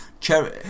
Cherry